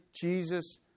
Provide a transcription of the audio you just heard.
Jesus